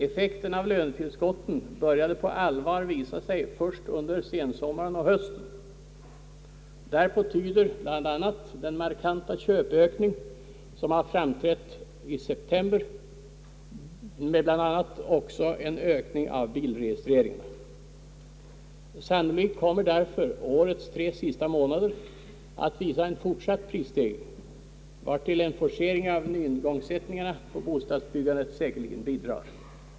Effekten av lönetillskotten började på allvar visa sig först under sensommaren och hösten. Därpå tyder bl.a. den markanta köpkraftsökning som har framträtt i september med bl.a. en ökning av bilregistreringarna. Sannolikt kommer därför årets sista månader att visa en fortsatt Prisstegring, vartill en forcering av igångsättningarna inom bostadsbyggandet säkerligen bidrar.